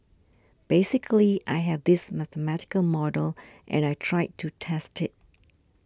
basically I have this mathematical model and I tried to test it